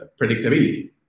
predictability